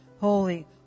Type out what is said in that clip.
holy